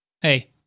hey